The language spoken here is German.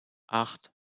acht